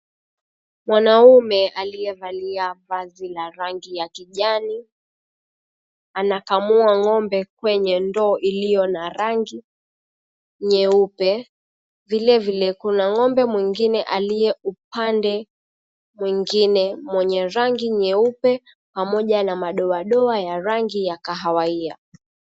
Mwanaume aliyevalia vazi la rangi ya kijani, anakamua ng'ombe kwenye ndoo iliyo na rangi nyeupe. Vilevile, kuna ng'ombe mwingine aliye upande mwingine mwenye rangi nyeupe pamoja na madoadoa ya rangi ya kahawia.